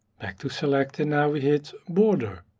back to select and now we hit border.